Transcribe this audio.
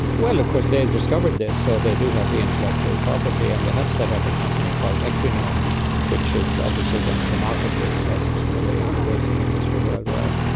well, of course they've and discovered this, so they do have the intellectual property, and they have set up a company called equinome which is obviously going to market this test to the racing industry worldwide.